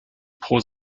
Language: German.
pro